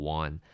one